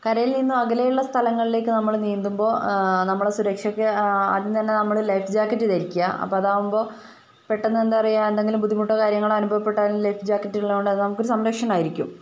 കരയിൽ നിന്നും അകലെയുള്ള സ്ഥലങ്ങളിലേക്ക് നമ്മൾ നീന്തുമ്പോൾ നമ്മൾ സുരക്ഷയ്ക്ക് ആദ്യം തന്നെ നമ്മൾ ലൈഫ് ജാക്കറ്റ് ധരിക്കുക അപ്പോൾ അതാവുമ്പോൾ പെട്ടന്ന് എന്താ പറയുക എന്തെങ്കിലും ബുദ്ധിമുട്ടോ കാര്യങ്ങളോ അനുഭവപ്പെട്ടാൽ ലൈഫ് ജാക്കറ്റ് ഉള്ളതുകൊണ്ട് അതു നമുക്കൊരു സംരക്ഷണം ആയിരിക്കും